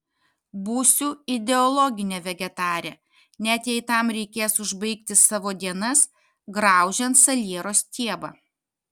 būsiu ideologinė vegetarė net jei tam reikės užbaigti savo dienas graužiant saliero stiebą